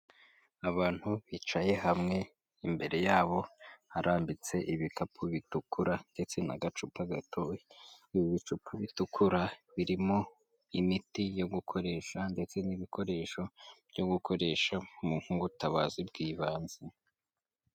Abantu bicaye hamwe imbere yabo harambitse ibikapu bitukura ndetse n'agacupa gato. Ibicupa bitukura birimo imiti yo gukoresha ndetse n'ibikoresho byo gukoresha mu butabazi bw'ibanze.